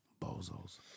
Bozos